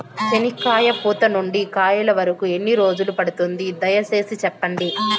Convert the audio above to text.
చెనక్కాయ పూత నుండి కాయల వరకు ఎన్ని రోజులు పడుతుంది? దయ సేసి చెప్పండి?